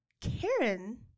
Karen